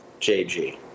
JG